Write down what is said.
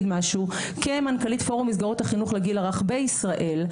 כמנכ"לית מסגרות החינוך לגיל הרך בישראל,